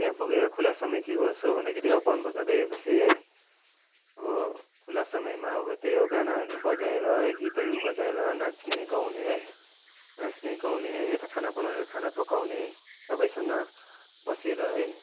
त्यहाँ पुगेर खोलासम्मै के गर्छौँ भन्दाखेरि अब वनभोजमा गएपछि है अब खुल्ला समयमा अब त्यही हो गानाहरू बजाएर है गीतहरू बजाएर नाच्ने गाउने है नाच्ने गाउने है यता खाना बनाउनेहरू खाना पकाउने सबैसँग बसेर है